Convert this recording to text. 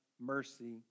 mercy